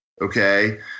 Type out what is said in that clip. Okay